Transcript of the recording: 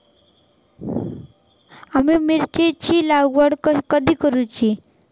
आम्ही मिरचेंची लागवड कधी करूची?